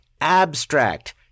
Abstract